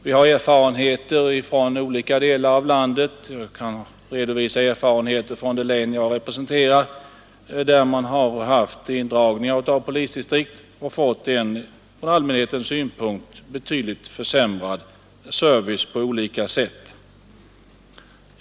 Vi har erfarenheter från olika delar av landet — själv kan jag visa erfarenheter från det län jag representerar. Där har man haft indragningar av polisdistrikt och fått en från allmänhetens synpunkt betydligt försämrad service på olika sätt.